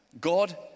God